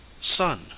sun